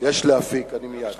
חבר הכנסת מטלון, אבקש ממך לסיים,